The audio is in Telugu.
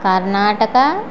కర్ణాటక